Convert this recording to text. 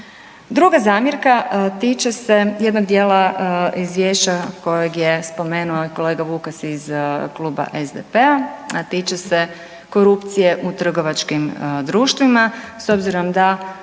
Druga zamjerka tiče se jednog dijela izvješća kojeg je spomenuo i kolega Vukas iz Kluba SDP-a, a tiče se korupcije u trgovačkim društvima. S obzirom da